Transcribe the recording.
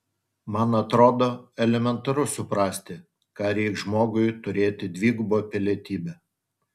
man atrodo elementaru suprasti ką reikš žmogui turėti dvigubą pilietybę